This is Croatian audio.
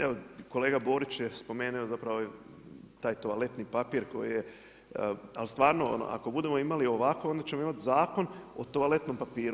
Evo, kolega Borić je spomenuo zapravo taj toaletni papir koji je, ali stvarno ono ako budemo imali ovako onda ćemo imati zakon o toaletnom papiru.